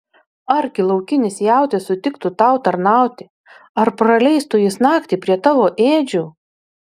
argi laukinis jautis sutiktų tau tarnauti ar praleistų jis naktį prie tavo ėdžių